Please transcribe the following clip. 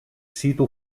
sito